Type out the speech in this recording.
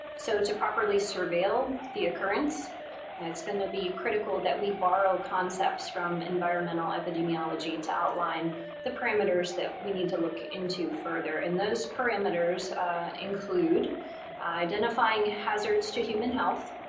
so to properly surveil the occurrence and it's going to be critical that we borrow concepts from environmental epidemiology to outline the parameters that we need to look into further and those parameters include identifying hazards to human health,